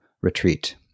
retreat